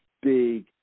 big